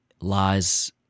lies